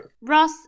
Ross